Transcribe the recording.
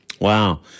Wow